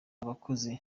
abakozi